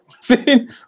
see